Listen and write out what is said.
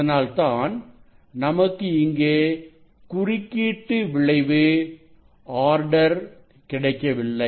அதனால்தான் நமக்கு இங்கே குறுக்கீட்டு விளைவு ஆர்டர் கிடைக்கவில்லை